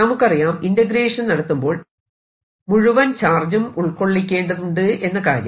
നമുക്കറിയാം ഇന്റഗ്രേഷൻ നടത്തുമ്പോൾ മുഴുവൻ ചാർജും ഉൾക്കൊള്ളിക്കേണ്ടതുണ്ട് എന്ന കാര്യം